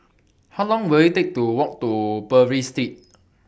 How Long Will IT Take to Walk to Purvis Street